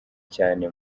cyane